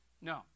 No